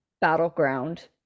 battleground